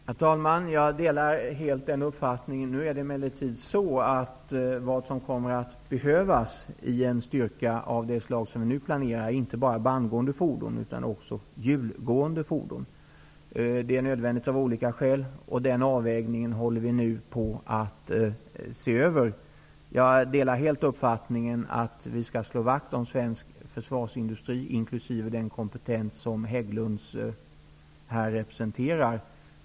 Herr talman! Jag delar helt den uppfattningen. Nu är det emellertid så, att det i en styrka av det slag som nu planeras inte bara kommer att behövas bandgående fordon utan även hjulgående fordon. Det är nödvändigt av olika skäl. Den avvägningen håller vi nu på att se över. Jag delar helt uppfattningen att vi skall slå vakt om svensk försvarsindustri och den kompetens som Hägglunds här representerar.